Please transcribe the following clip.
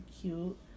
cute